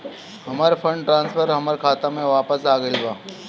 हमर fund transfer हमर खाता में वापस आ गईल बा